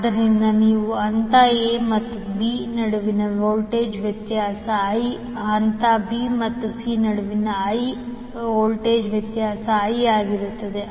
ಇದರಲ್ಲಿ ನೀವು ಹಂತ a ಮತ್ತು b ನಡುವಿನ ವೋಲ್ಟೇಜ್ ವ್ಯತ್ಯಾಸ i ಹಂತ b ಮತ್ತು c ನಡುವಿನ i ಆಗಿರುತ್ತದೆ